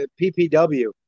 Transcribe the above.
PPW